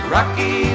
Rocky